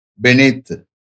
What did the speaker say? beneath